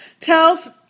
tells